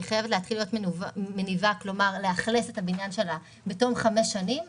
היא חייבת לאכלס את הבניין שלה בתום חמש שנים.